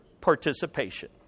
participation